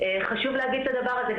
חשוב להגיד את הדבר הזה.